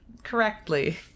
Correctly